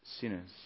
sinners